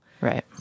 Right